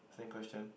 same question